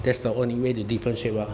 that's the only way to differentiate lor